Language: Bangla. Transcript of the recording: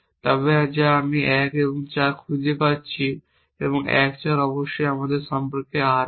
যা 1 এবং 4 আমি খুঁজে পাচ্ছি যে 1 4 অবশ্যই আমার সম্পর্কে R হবে